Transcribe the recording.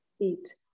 eat